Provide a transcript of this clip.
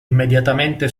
immediatamente